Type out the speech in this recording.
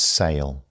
sale